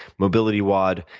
mobilitywod,